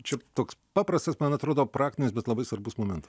čia toks paprastas man atrodo praktinis bet labai svarbus moment